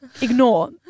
ignore